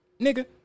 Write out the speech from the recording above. Nigga